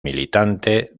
militante